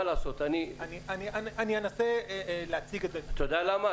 אני אנסה להציג את --- אתה יודע למה?